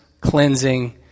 cleansing